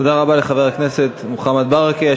תודה רבה לחבר הכנסת מוחמד ברכה.